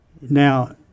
Now